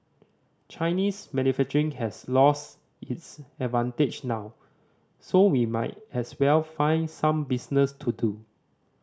Chinese manufacturing has lost its advantage now so we might as well find some business to do